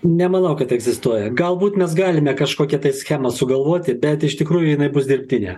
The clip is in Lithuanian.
nemanau kad egzistuoja galbūt mes galime kažkokią tai schemą sugalvoti bet iš tikrųjų jinai bus dirbtinė